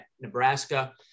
Nebraska